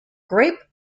grape